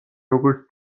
როგორც